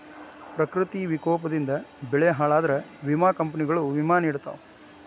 ಪ್ರಕೃತಿ ವಿಕೋಪದಿಂದ ಬೆಳೆ ಹಾಳಾದ್ರ ವಿಮಾ ಕಂಪ್ನಿಗಳು ವಿಮಾ ನಿಡತಾವ